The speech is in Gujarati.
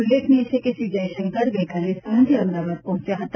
ઉલ્લેખનીય છે કે શ્રી જયશંકર ગઇકાલે સાંજે અમદાવાદ પહોંચ્યા હતા